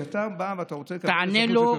כשאתה בא ואתה רוצה לקבל אזרחות, תענה לו ותסיים.